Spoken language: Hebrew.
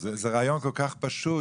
זה רעיון כל כך פשוט,